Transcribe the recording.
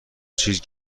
چیز